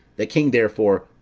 the king, therefore,